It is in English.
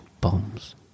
Bombs